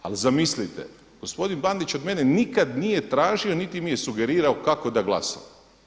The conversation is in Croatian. Ali zamislite, gospodin Bandić od mene nikad nije tražio, niti mi je sugerirao kako da glasam.